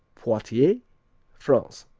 poitiers france